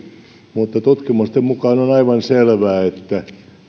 mutta tutkimusten mukaan on aivan selvää että